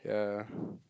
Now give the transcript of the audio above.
ya